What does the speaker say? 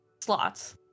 slots